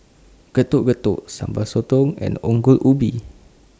Getuk Getuk Sambal Sotong and Ongol Ubi